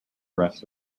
rest